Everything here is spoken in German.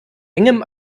engem